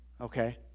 Okay